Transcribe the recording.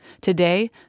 Today